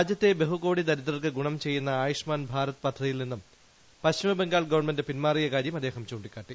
രാജ്യത്തെ ബഹുകോടി ദരിദ്രർക്ക് ഗുണം ചെയ്യുന്ന ആയുഷ്മാൻ ഭാരത് പദ്ധതിയിൽ നിന്നും പശ്ചിമ ബംഗാൾ ഗവൺമെന്റ് പിന്മാറിയ കാര്യം അദ്ദേഹം ചൂണ്ടിക്കാട്ടി